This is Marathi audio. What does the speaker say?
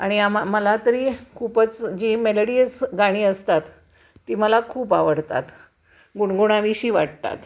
आणि आमा मला तरी खूपच जी मेलडीयस गाणी असतात ती मला खूप आवडतात गुणगुणावीशी वाटतात